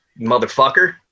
motherfucker